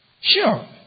Sure